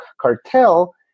cartel